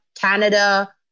Canada